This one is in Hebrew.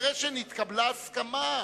אחרי שנתקבלה הסכמה,